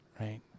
right